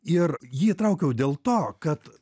ir jį traukiau dėl to kad